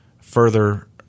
further